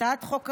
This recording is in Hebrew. תודה.